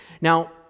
Now